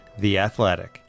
theathletic